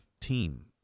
team